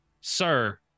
sir